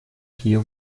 hier